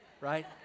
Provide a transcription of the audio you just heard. right